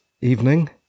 evening